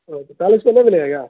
اوہ تو چالیس میں نہیں ملے گا کیا